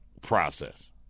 process